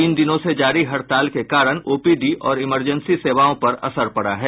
तीन दिनों से जारी हड़ताल के कारण ओपीडी और इमरजेंसी सेवाओं पर असर पड़ा है